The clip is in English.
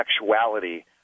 sexuality